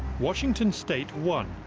washington state won,